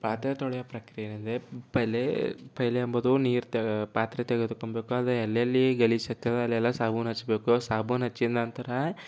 ಪಾತ್ರೆ ತೊಳೆಯುವ ಪ್ರಕ್ರಿಯೆಯಲ್ಲಿ ಪೆಹಲೆ ಪೆಹಲೆ ಎಂಬುದು ನೀರು ತೆ ಪಾತ್ರೆ ತೆಗೆದುಕೊಂಡ್ಬೇಕಾದ್ರೆ ಎಲ್ಲೆಲ್ಲಿ ಗಲೀಜು ಇರ್ತವೆ ಅಲ್ಲೆಲ್ಲ ಸಾಬೂನು ಹಚ್ಚಬೇಕು ಸಾಬೂನು ಹಚ್ಚಿದ ನಂತರ